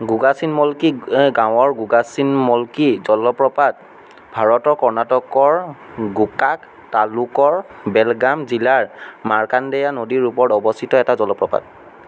গোগাচিনমলকি গাঁৱৰ গোগাচিনমলকি জলপ্ৰপাত ভাৰতৰ কৰ্ণাটকৰ গোকাক তালুকৰ বেলগাম জিলাৰ মাৰ্কাণ্ডেয়া নদীৰ ওপৰত অৱস্থিত এটা জলপ্ৰপাত